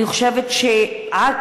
אני חושבת שבעכו,